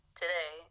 today